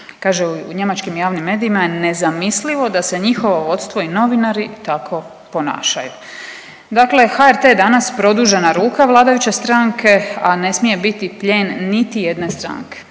Kaže u njemačkim javnim medijima je nezamislivo da se njihovo vodstvom i novinari tako ponašaju. Dakle HRT je danas produžena ruka vladajuće stranke, a ne smije biti plijen niti jedne stranke,